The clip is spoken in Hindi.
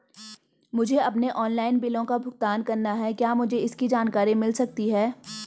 मुझे अपने ऑनलाइन बिलों का भुगतान करना है क्या मुझे इसकी जानकारी मिल सकती है?